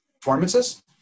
performances